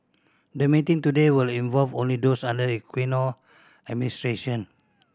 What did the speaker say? the meeting today will involve only those under the Aquino administration